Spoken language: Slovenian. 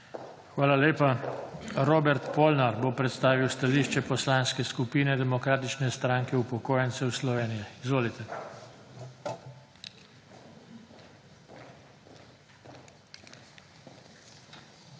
Hvala lepa. Branko Simonovič bo predstavil stališče Poslanske skupine Demokratične stranke upokojencev Slovenije. Izvolite. **BRANKO